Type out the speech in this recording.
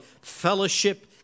fellowship